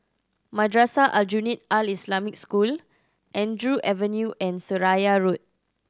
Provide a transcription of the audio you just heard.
Madrasah Aljunied Al Islamic School Andrew Avenue and Seraya Road